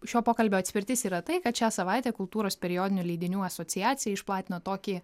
šio pokalbio atspirtis yra tai kad šią savaitę kultūros periodinių leidinių asociacija išplatino tokį